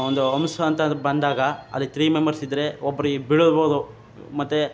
ಒಂದು ಹಂಪ್ಸ್ ಅಂತಾದರೂ ಬಂದಾಗ ಅಲ್ಲಿ ಥ್ರೀ ಮೆಂಬರ್ಸ್ ಇದ್ದರೆ ಒಬ್ಬರು ಈ ಬೀಳ್ಳೂಬೋದು ಮತ್ತು